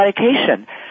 medication